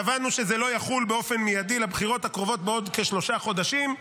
קבענו שזה לא יחול באופן מיידי על הבחירות הקרובות בעוד כשלושה חודשים,